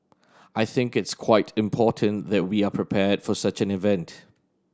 I think it's quite important that we are prepared for such an event